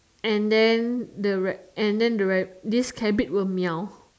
and then the right and then the right this cabbit will Meow